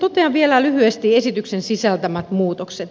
totean vielä lyhyesti esityksen sisältämät muutokset